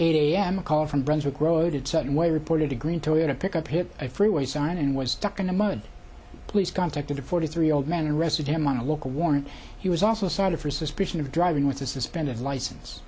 eight am a call from brunswick road at certain way reported a green toyota pickup hit a freeway sign and was stuck in the mud police contacted a forty three year old man arrested him on a local warrant he was also cited for suspicion of driving with a suspended license